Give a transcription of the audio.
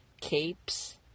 capes